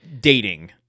dating